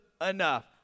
enough